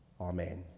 Amen